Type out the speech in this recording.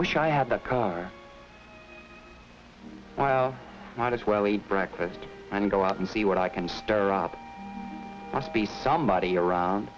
wish i had a car wow might as well eat breakfast and go out and see what i can stir up must be somebody around